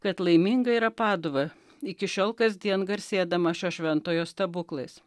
kad laiminga yra paduva iki šiol kasdien garsėdama šio šventojo stebuklais